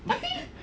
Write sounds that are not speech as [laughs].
[laughs]